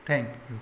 thank you